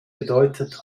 bedeutet